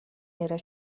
яриа